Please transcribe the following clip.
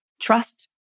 trust